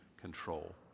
control